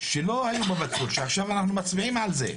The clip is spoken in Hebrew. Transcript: שלא היו שעכשיו אנחנו מצביעים על זה,